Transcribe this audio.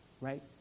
right